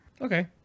Okay